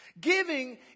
Giving